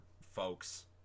folks